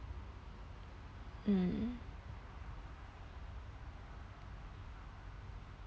mm